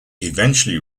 eventually